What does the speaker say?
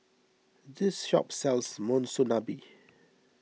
this shop sells Monsunabe